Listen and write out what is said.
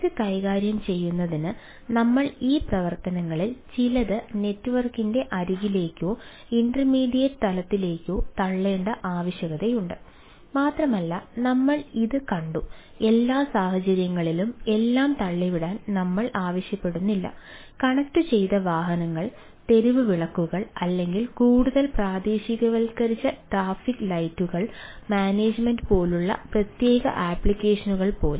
ഇത് കൈകാര്യം ചെയ്യുന്നതിന് നമ്മൾ ഈ പ്രവർത്തനങ്ങളിൽ ചിലത് നെറ്റ്വർക്കിന്റെ മാനേജുമെന്റ് പോലുള്ള പ്രത്യേക ആപ്ലിക്കേഷനുകൾ പോലെ